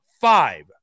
five